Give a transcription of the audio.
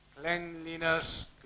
cleanliness